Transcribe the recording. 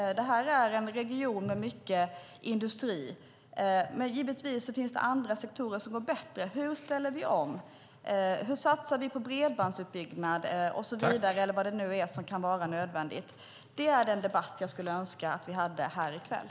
Detta är en region med mycket industri. Givetvis finns det andra sektorer som går bättre. Hur ställer vi om? Hur satsar vi på bredbandsutbyggnad, eller vad som nu kan vara nödvändigt? Det är den debatt jag skulle önska att vi hade här i kväll.